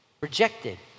Rejected